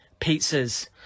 pizzas